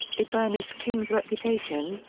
it burnished king's reputation,